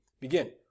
Begin